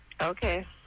Okay